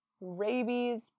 Rabies